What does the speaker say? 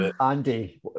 Andy